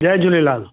Jay Jhulelal